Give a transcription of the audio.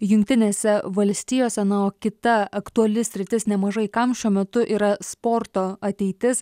jungtinėse valstijose na o kita aktuali sritis nemažai kam šiuo metu yra sporto ateitis